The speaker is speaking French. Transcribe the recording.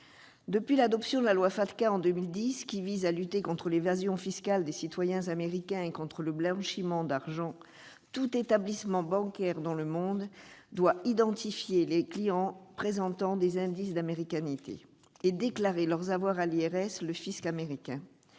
Depuis l'adoption, en 2010, de la loi FATCA, qui vise à lutter contre l'évasion fiscale des citoyens américains et contre le blanchiment d'argent, tout établissement bancaire dans le monde doit identifier les clients présentant des « indices d'américanité » et déclarer leurs avoirs à l', l'IRS, le fisc américain.